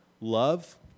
love